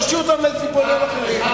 תשאיר אותן לטיפולים אחרים.